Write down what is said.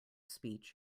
speech